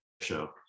show